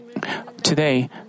Today